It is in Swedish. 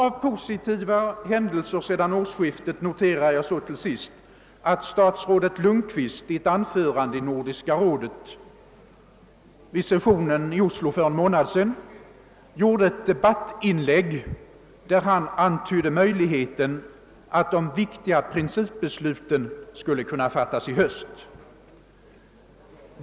Av positiva händelser sedan årsskiftet noterar jag till sist att statsrådet Lundkvist vid Nordiska rådets session i Oslo för en månad sedan gjorde ett debattinlägg, där han antydde möjligheten av att de viktiga principbesluten skulle kunna fattas i höst.